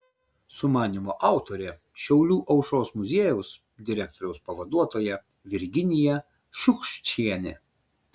sumanymo autorė šiaulių aušros muziejaus direktoriaus pavaduotoja virginija šiukščienė